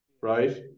Right